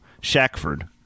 Shackford